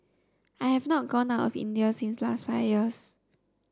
I have not gone out of India since last five years